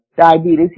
diabetes